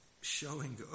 showing